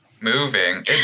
moving